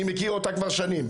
אני מכיר אותה כבר שנים,